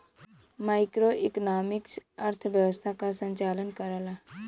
macroeconomics अर्थव्यवस्था क संचालन करला